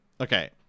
okay